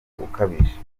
ukabije